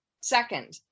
Second